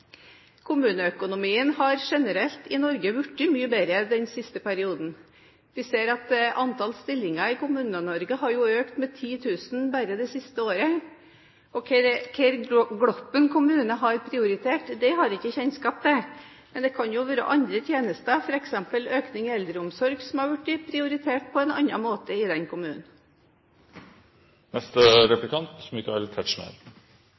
Kommuneøkonomien i Norge har generelt blitt mye bedre den siste perioden. Vi ser at antall stillinger i Kommune-Norge har økt med 10 000 bare det siste året. Hva Gloppen kommune har prioritert, har jeg ikke kjennskap til. Men det kan jo være andre tjenester, f.eks. økning til eldreomsorg, som har blitt prioritert på en annen måte i den kommunen.